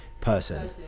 person